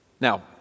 Now